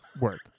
work